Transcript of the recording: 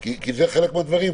כי זה חלק מהדברים,